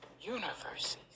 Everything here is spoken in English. universes